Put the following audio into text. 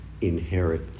inherit